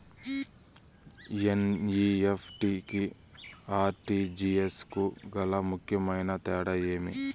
NEFT కు RTGS కు గల ముఖ్యమైన తేడా ఏమి?